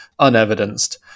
unevidenced